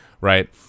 right